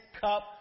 cup